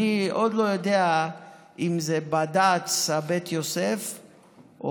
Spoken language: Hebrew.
אני עוד לא יודע אם זה בד"ץ בית יוסף או